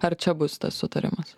ar čia bus tas sutarimas